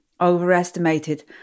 overestimated